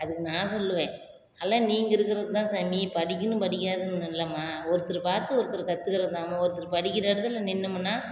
அதுக்கு நான் சொல்லுவேன் அல்லாம் நீங்கள் இருக்கிறதுதான் சாமி படிக்கணும் படிக்காததுன் இல்லைம்மா ஒருத்தரை பார்த்து ஒருத்தர் கற்றுக்கறதுதாம்மா ஒருத்தர் படிக்கின்ற இடத்துல நின்னமுன்னா